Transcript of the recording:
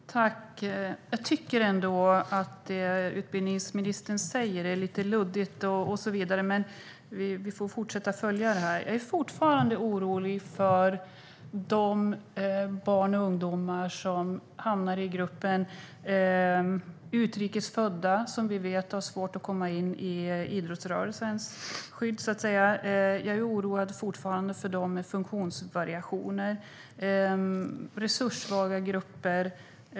Herr talman! Jag tycker att det som utbildningsministern säger är lite luddigt, men vi får fortsätta att följa detta. Jag är fortfarande orolig för barnen och ungdomarna i gruppen utrikes födda, som vi vet har svårt att komma in i idrottsrörelsens skydd, så att säga. Jag oroar mig fortfarande för dem med funktionsvariationer och för resurssvaga grupper.